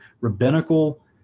rabbinical